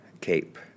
cape